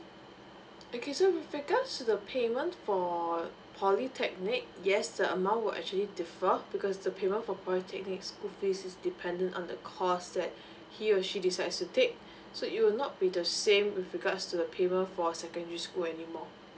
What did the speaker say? okay so with regards to the payment for polytechnic yes the amount will actually differ because the payment for polytechnic school fees is dependant on the course that he or she decides to take so it would not be the same with regards to the payment for secondary school anymore